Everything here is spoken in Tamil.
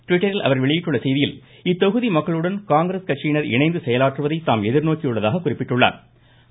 ட்விட்டரில் அவர் வெளியிட்ட செய்தியில் இத்தொகுதி மக்களுடன் காங்கிரஸ் கட்சியினா் இணைந்து செயலாற்றுவதை தாம் எதிா்நோக்கியுள்ளதாக குறிப்பிட்டுள்ளாா்